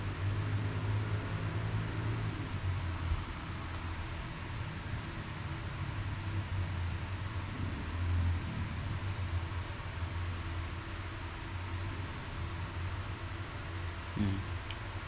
mm